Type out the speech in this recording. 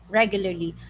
regularly